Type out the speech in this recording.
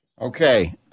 okay